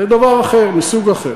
זה דבר אחר מסוג אחר.